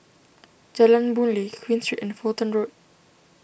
Jalan Boon Lay Queen Street and Fulton Road